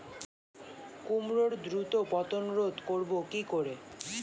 কুমড়োর দ্রুত পতন রোধ করব কি করে?